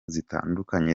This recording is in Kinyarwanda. zitandukanye